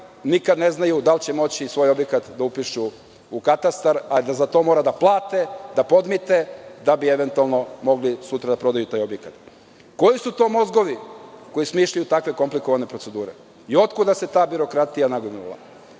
nikada ne znaju da li će moći svoj objekat da upišu u katastar, a da za to moraju da plate, da podmite da bi eventualno mogli sutra da prodaju taj objekat. Koji su to mozgovi koji smišljaju takve komplikovane procedure? Otkuda se ta birokratija nagomilala? Uveren